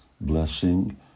blessing